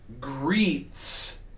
greets